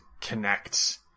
connect